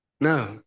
No